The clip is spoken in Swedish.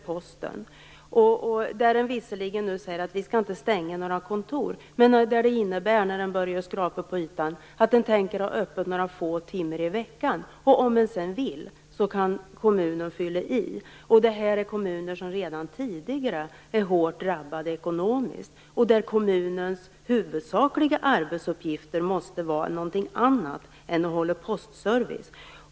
Posten säger visserligen nu att den inte skall stänga några kontor, men när man börjar skrapa på ytan finner man att den avser att ha öppet bara några få timmar i veckan och att kommunen sedan, om den vill det, kan fylla på. Det gäller kommuner som redan tidigare är hårt drabbade ekonomiskt och vilkas huvudsakliga arbetsuppgifter måste vara andra än att tillhandhålla postservice.